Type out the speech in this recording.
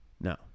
No